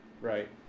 Right